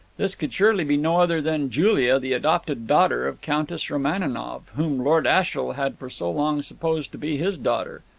this could surely be no other than julia, the adopted daughter of countess romaninov, whom lord ashiel had for so long supposed to be his daughter.